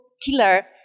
killer